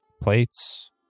plates